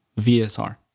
VSR